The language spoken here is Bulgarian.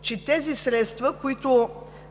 че със средствата, които